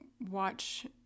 watch